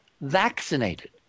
vaccinated